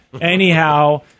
anyhow